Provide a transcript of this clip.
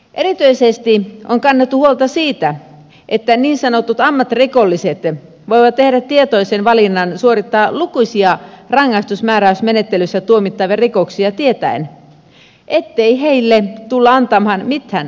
erityisesti on kannettu huolta siitä että niin sanotut ammattirikolliset voivat tehdä tietoisen valinnan suorittaa lukuisia rangaistusmääräysmenettelyssä tuomittavia rikoksia tietäen ettei heille tulla antamaan mitään rangaistusta